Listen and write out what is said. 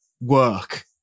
work